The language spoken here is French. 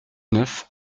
neuf